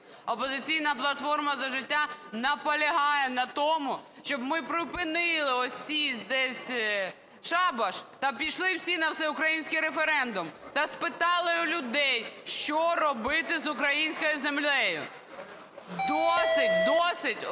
"Опозиційна платформа - За життя" наполягає на тому, щоб ми припинили цей шабаш та пішли всі на всеукраїнський референдум, та спитали у людей, що робити з українською землею. Досить ось тут